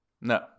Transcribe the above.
No